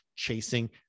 Chasing